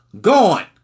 gone